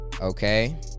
okay